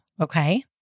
okay